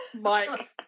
Mike